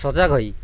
ସଜାଗ ହୋଇ